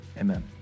amen